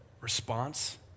response